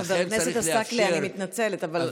חבר הכנסת עסאקלה, אני מתנצלת, אבל,